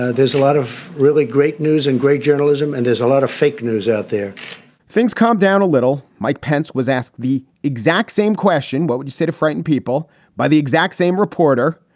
ah there's a lot of really great news and great journalism and there's a lot of fake news out there things calm down a little. mike pence was asked the exact same question. what would you say to frighten people by the exact same reporter?